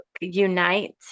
unite